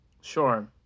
Sure